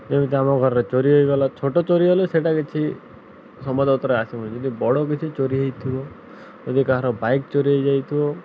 ଯେମିତି ଆମ ଘରରେ ଚୋରି ହୋଇଗଲା ଛୋଟ ଚୋରିଗଲେ ସେଇଟା କିଛି ସମ୍ବାଦ ପତ୍ରରେ ଆସିବନି ଯଦି ବଡ଼ କିଛି ଚୋରି ହୋଇଥିବ ଯଦି କାହାର ବାଇକ୍ ଚୋରି ହୋଇଯାଇଥିବ